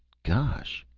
gosh!